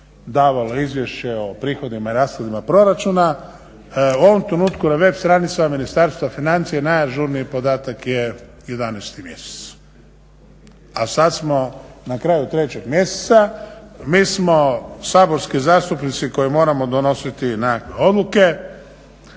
davalo izvješće o prihodima i rashodima proračuna. U ovom trenutku na web stranicama Ministarstva financija najažurniji podatak je 11 mjesec, a sad smo na kraju 3 mjeseca. Mi smo saborski zastupnici koji moramo donositi nekakve odluke.